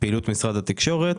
פעילות משרד התקשורת,